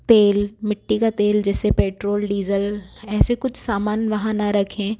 तेल मिट्टी का तेल जैसे पेट्रोल डीज़ल ऐसे कुछ सामान वहाँ ना रखें